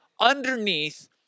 underneath